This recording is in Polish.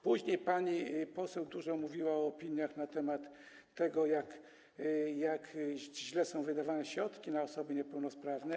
Później pani poseł dużo mówiła o opiniach na temat tego, jak źle są wydawane środki na osoby niepełnosprawne.